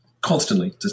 constantly